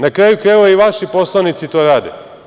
Na kraju krajeva i vaši poslanici to rade.